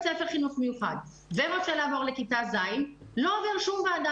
ספר לחינוך מיוחד ורוצה לעבור לכיתה ז' לא עובר שום ועדה